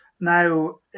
Now